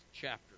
chapter